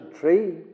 tree